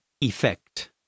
effect